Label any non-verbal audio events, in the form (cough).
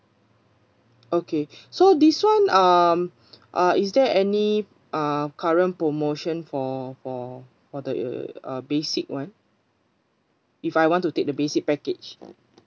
okay so this [one] um (breath) uh is there any uh current promotion for for for uh the basic one if I want to take the basic package